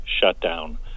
shutdown